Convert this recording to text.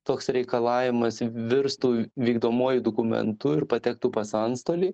toks reikalavimas virstų vykdomuoju dokumentu ir patektų pas antstolį